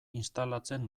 instalatzen